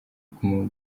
guma